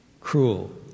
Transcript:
cruel